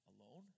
Alone